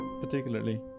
particularly